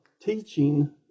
teaching